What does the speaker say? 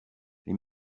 les